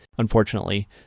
Unfortunately